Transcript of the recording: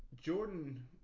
Jordan